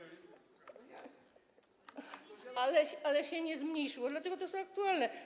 Ale to się nie zmniejszyło, dlatego to jest aktualne.